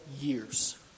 years